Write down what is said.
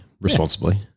responsibly